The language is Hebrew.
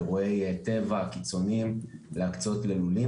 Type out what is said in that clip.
ואירועי טבע קיצוניים להקצות ללולים,